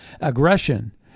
aggression